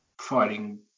fighting